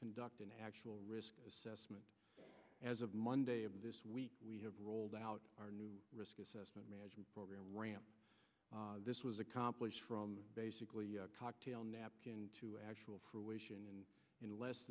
conduct an actual risk assessment as of monday of this week we have rolled out our new risk assessment management program ramp this was accomplished from basically a cocktail napkin to actual fruition in less